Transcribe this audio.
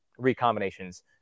recombinations